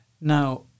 Now